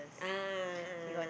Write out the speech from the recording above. a'ah